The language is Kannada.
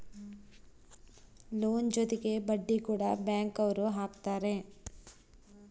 ಲೋನ್ ಜೊತೆಗೆ ಬಡ್ಡಿ ಕೂಡ ಬ್ಯಾಂಕ್ ಅವ್ರು ಹಾಕ್ತಾರೆ